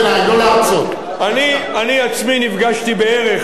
אני עצמי נפגשתי עם בערך 500,